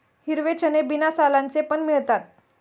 हिरवे चणे बिना सालांचे पण मिळतात